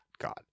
God